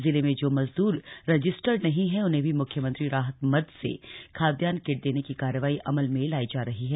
जिले में जो मजदूर रजिस्टर्ड नहीं हैं उन्हें भी म्ख्यमंत्री राहत मद से खाद्यान्न किट देने की कार्यवाही अमल में लाई जा रही है